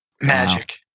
Magic